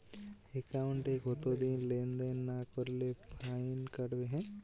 একাউন্টে কতদিন লেনদেন না করলে ফাইন কাটবে?